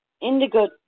indigo